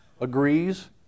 agrees